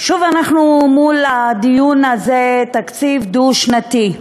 שוב אנחנו עם הדיון הזה, תקציב דו-שנתי.